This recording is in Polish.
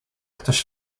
ktoś